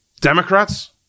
Democrats